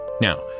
Now